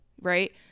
right